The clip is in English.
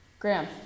Graham